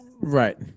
Right